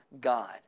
God